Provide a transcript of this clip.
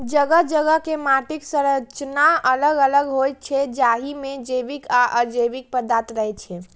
जगह जगह के माटिक संरचना अलग अलग होइ छै, जाहि मे जैविक आ अजैविक पदार्थ रहै छै